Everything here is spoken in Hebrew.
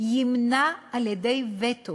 ימנע על-ידי וטו